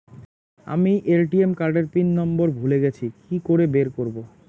আমি ATM card এর pin number ভুলে গেছি কি করে বের করব?